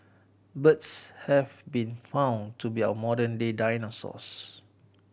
birds have been found to be our modern day dinosaurs